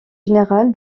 général